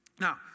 Now